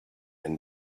and